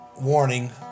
warning